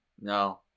No